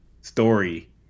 story